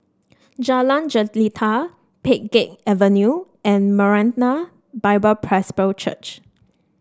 Jalan Jelita Pheng Geck Avenue and Maranatha Bible Presby Church